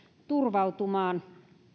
turvautumaan